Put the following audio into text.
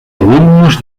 alumnes